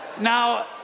Now